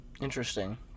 interesting